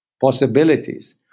possibilities